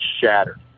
shattered